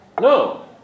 No